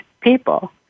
people